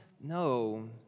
No